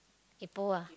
kaypo ah